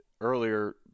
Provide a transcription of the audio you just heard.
earlier